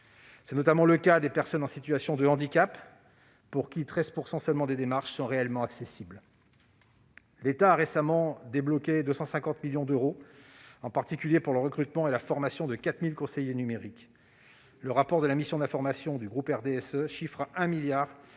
C'est notamment le cas des personnes en situation de handicap, pour qui 13 % seulement des démarches sont réellement accessibles. L'État a récemment débloqué 250 millions d'euros, en particulier pour le recrutement et la formation de 4 000 conseillers numériques. Dans son rapport, la mission d'information du groupe du RDSE évalue à un milliard